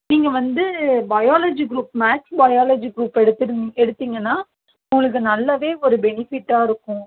நீங்கள் வந்து biology group maths biology group எடுத்துருந் எடுத்திங்கனா உங்களுக்கு நல்லாவே ஒரு பெனிஃபிட்டாக இருக்கும்